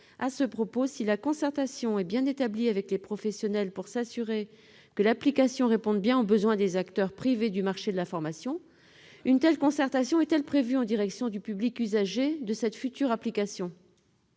À ce propos, si la concertation est établie avec les professionnels pour s'assurer que l'application réponde bien aux besoins des acteurs privés du marché de la formation, une telle concertation est-elle envisagée en direction des usagers de cette future application ?